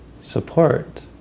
support